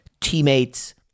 teammates